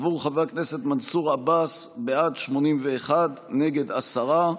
עבור חבר הכנסת מנסור עבאס, בעד, 81, נגד, עשרה.